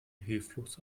hilflos